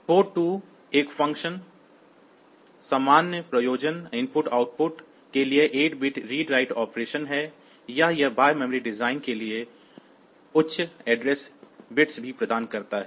Port2 का एक function सामान्य प्रयोजन इनपुट आउटपुट के लिए 8 बिट रीड राइट ऑपरेशन है या यह बाहरी मेमोरी डिज़ाइन के लिए उच्च पता बिट्स भी प्रदान करता है